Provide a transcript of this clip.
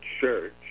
church